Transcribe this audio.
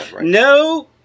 No